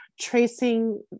tracing